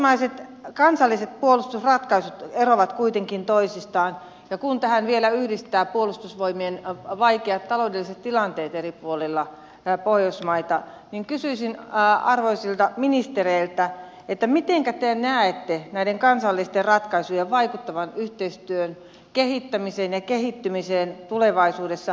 pohjoismaiset kansalliset puolustusratkaisut eroavat kuitenkin toisistaan ja kun tähän vielä yhdistää puolustusvoimien vaikeat taloudelliset tilanteet eri puolilla pohjoismaita niin kysyisin arvoisilta ministereiltä mitenkä te näette näiden kansallisten ratkaisujen vaikuttavan yhteistyön kehittämiseen ja kehittymiseen tulevaisuudessa